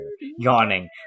yawning